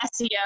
SEO